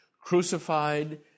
crucified